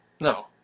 No